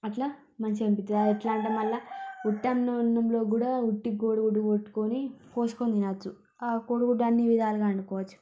అట్లా మంచిగా అనిపిస్తుంది అదెట్లా అంటే మళ్ళా ఉట్టన్నంలో కూడా ఉట్టి కోడిగుడ్డు కొట్టుకొని పోసుకొని తినొచ్చు ఆ కోడిగుడ్డు అన్ని విధాలుగా అండుకోవచ్చు